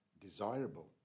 desirable